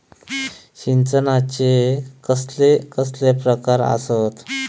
सिंचनाचे कसले कसले प्रकार आसत?